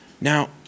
Now